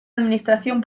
administración